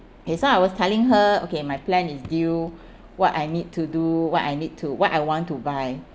okay so I was telling her okay my plan is due what I need to do what I need to what I want to buy